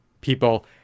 people